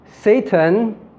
Satan